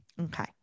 Okay